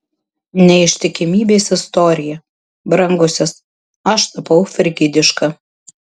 neištikimybės istorija brangusis aš tapau frigidiška